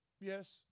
yes